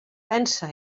pensa